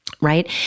right